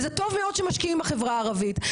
זה טוב מאוד שמשקיעים בחברה הערבית,